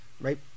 right